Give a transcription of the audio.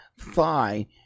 thigh